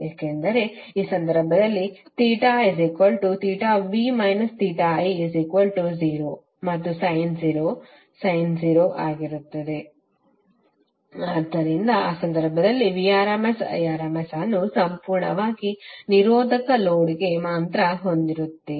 ಏಕೆಂದರೆ ಈ ಸಂದರ್ಭದಲ್ಲಿ θv i0 ಮತ್ತು ಸಯ್ನ್ 0 ಸಯ್ನ್ 0 ಆಗಿರುತ್ತದೆ ಆದ್ದರಿಂದ ಆ ಸಂದರ್ಭದಲ್ಲಿ Vrms Irms ಅನ್ನು ಸಂಪೂರ್ಣವಾಗಿ ನಿರೋಧಕ ಲೋಡ್ಗೆ ಮಾತ್ರ ಹೊಂದಿರುತ್ತೀರಿ